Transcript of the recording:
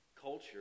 culture